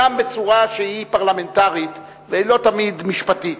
גם בצורה שהיא פרלמנטרית והיא לא תמיד משפטית.